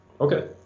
Okay